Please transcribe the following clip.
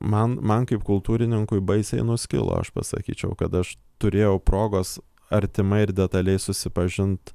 man man kaip kultūrininkui baisiai nuskilo aš pasakyčiau kad aš turėjau progos artimai ir detaliai susipažint